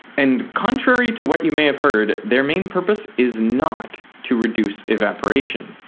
and contrary to what you may have heard, their main purpose is not to reduce evaporation.